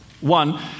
One